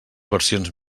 versions